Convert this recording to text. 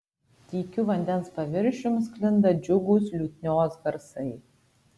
tykiu vandens paviršium sklinda džiugūs liutnios garsai